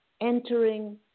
entering